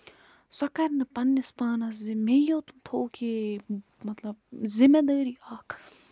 سۄ کرِ نہٕ پَنٕنِس پانَس زِ مے یوت تھووُکھ یے مطلب زِمہِ دٲری اکھ